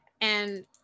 and-